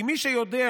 כי מי שיודע